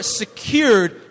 secured